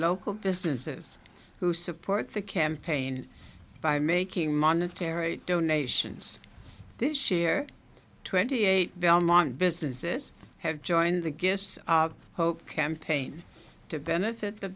local businesses who support the campaign by making monetary donations this year twenty eight belmont businesses have joined the gifts of hope campaign to benefit the